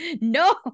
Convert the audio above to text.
no